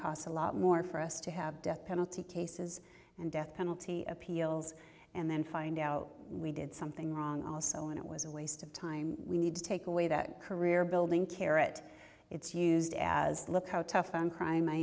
costs a lot more for us to have death penalty cases and death penalty appeals and then find out we did something wrong also and it was a waste of time we need to take away that career building carit it's used as look how tough on crime i